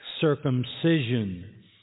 circumcision